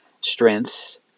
strengths